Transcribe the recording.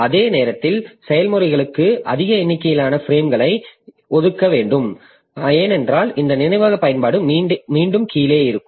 அதே நேரத்தில் செயல்முறைகளுக்கு அதிக எண்ணிக்கையிலான பிரேம்களை ஒதுக்க நாங்கள் விரும்பவில்லை ஏனென்றால் இந்த நினைவக பயன்பாடு மீண்டும் கீழே இருக்கும்